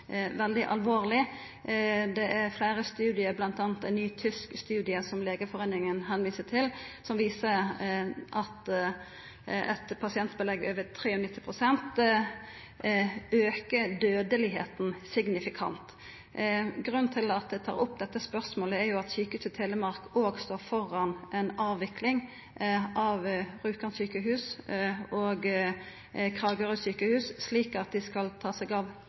veldig alvorleg. Fleire studiar, bl.a. ein ny tysk studie som Legeforeininga viser til, viser at eit pasientbelegg over 93 pst. aukar dødelegheita signifikant. Grunnen til at eg tar opp dette spørsmålet, er jo at Sjukehuset Telemark òg står framfor ei avvikling av Rjukan sjukehus og Kragerø sjukehus, slik at dei skal ta seg av